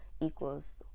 equals